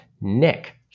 Nick